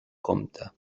compte